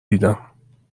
دیدم